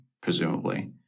presumably